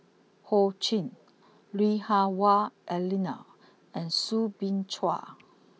Ho Ching Lui Hah Wah Elena and Soo Bin Chua